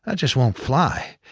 ah just won't fly.